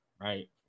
right